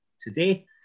today